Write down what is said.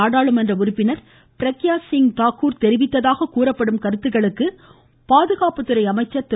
நாடாளுமன்ற உறுப்பினர் பிரக்யா சிங் தாகூர் தெரிவித்ததாக கூறப்படும் கருத்துக்களுக்கு பாதுகாப்புத் துறை அமைச்சர் திரு